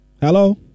Hello